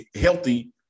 healthy